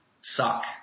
suck